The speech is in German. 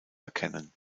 erkennen